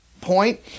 point